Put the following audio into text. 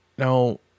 Now